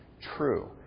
true